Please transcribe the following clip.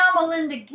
Melinda